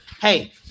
hey